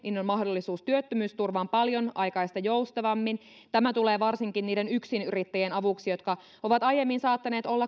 niin on mahdollisuus työttömyysturvaan paljon aiempaa joustavammin tämä tulee varsinkin niiden yksinyrittäjien avuksi jotka ovat aiemmin saattaneet olla